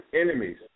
enemies